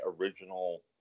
original